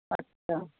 अच्छा